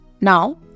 Now